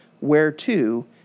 whereto